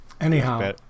anyhow